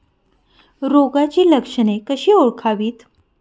रोगाची लक्षणे कशी ओळखावीत?